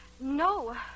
No